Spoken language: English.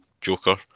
Joker